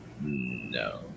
No